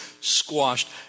squashed